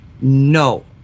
No